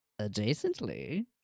Adjacently